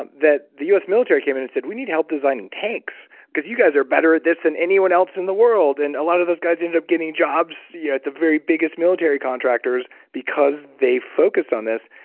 that the us military came in and said, we need help designing tanks because you guys are better at this than anyone else in the world, and a lot of those guys ended up getting jobs yeah at the very biggest military contractors because they focused on this.